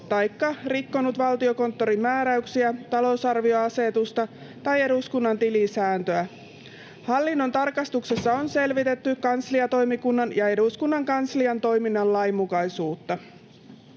taikka rikkonut Valtiokonttorin määräyksiä, talousarvioasetusta tai eduskunnan tilisääntöä. Hallinnon tarkastuksessa on selvitetty kansliatoimikunnan ja eduskunnan kanslian toiminnan lainmukaisuutta.